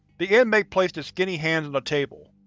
the inmate placed his skinny hands on the table,